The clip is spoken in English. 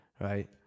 right